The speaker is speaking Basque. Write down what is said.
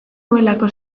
nuelako